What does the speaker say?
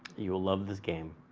you will love this game.